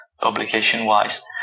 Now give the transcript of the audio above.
publication-wise